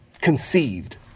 conceived